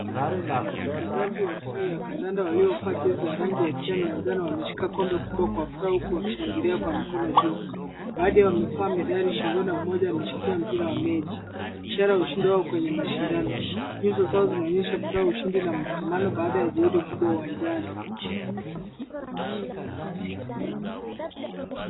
Wachezaji wa timu ya kandanda waliovaa jezi ya rangi ya kijani na njano wameshika kombe kubwa kwa furaha huku wakishangilia kwa mikono juu. Baadhi yao wamevaa medali shingoni na mmoja ameshikilia mpira wa mechi. Ishara ya ushindi wao kwenye mashindano. Nyuso zao zinaonyesha furaha, ushindi na mshikamano baada ya juhudi kubwa uwanjani.